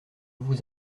vous